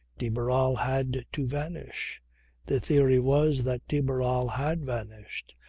de barral had to vanish the theory was that de barral had vanished,